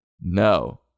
No